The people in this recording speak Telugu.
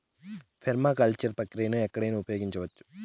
పెర్మాకల్చర్ ప్రక్రియను ఎక్కడైనా ఉపయోగించవచ్చు